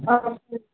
sir